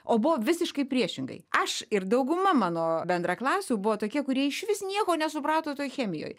o buvo visiškai priešingai aš ir dauguma mano bendraklasių buvo tokie kurie išvis nieko nesuprato toj chemijoj